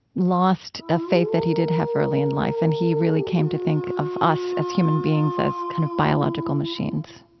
lost a faith that he did have early in life and he really came to think of us as human beings as kind of biological machines